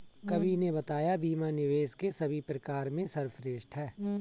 कवि ने बताया बीमा निवेश के सभी प्रकार में सर्वश्रेष्ठ है